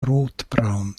rotbraun